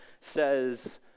says